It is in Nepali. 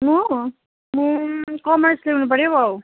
म म कमर्स लिनुपऱ्यो